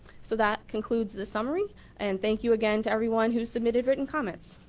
so that concludes the summary and thank you again to everyone who submitted written comments.